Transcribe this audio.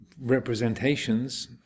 representations